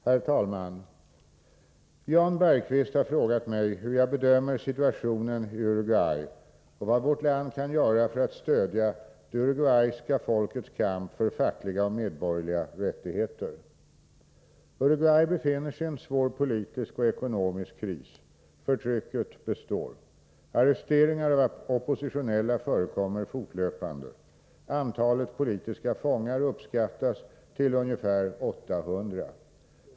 Herr talman! Jan Bergqvist har frågat mig hur jag bedömer situationen i Uruguay och vad vårt land kan göra för att stödja det uruguayska folkets kamp för fackliga och medborgerliga rättigheter. Uruguay befinner sig i en svår politisk och ekonomisk kris. Förtrycket består. Arresteringar av oppositionella förekommer fortlöpande. Antalet politiska fångar uppskattas till ungefär 800.